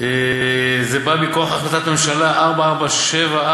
זה בא מכוח החלטת הממשלה 4474,